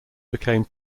became